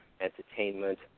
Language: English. entertainment